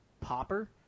Popper